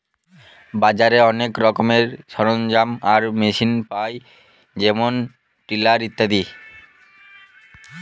বাজারে অনেক রকমের সরঞ্জাম আর মেশিন পায় যেমন টিলার ইত্যাদি